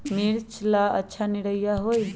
मिर्च ला अच्छा निरैया होई?